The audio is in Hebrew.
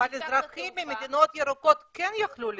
אבל אזרחים ממדינות ירוקות כן יכלו להיכנס,